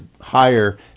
higher